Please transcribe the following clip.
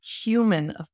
human